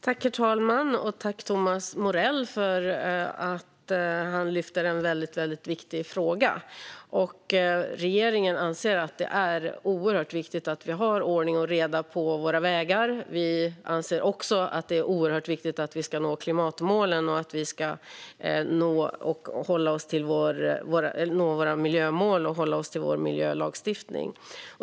Herr talman! Jag tackar Thomas Morell för att han lyfter upp en mycket viktig fråga. Regeringen anser att det är oerhört viktigt med ordning och reda på våra vägar. Vi anser också att det är oerhört viktigt att nå klimatmålen, att nå miljömålen och att hålla oss till vår miljölagstiftning.